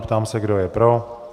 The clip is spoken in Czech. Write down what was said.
Ptám se, kdo je pro?